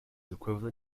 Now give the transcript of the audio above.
equivalent